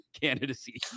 candidacy